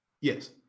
Yes